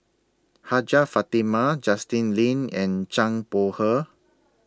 Hajjah Fatimah Justin Lean and Zhang Bohe